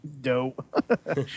Dope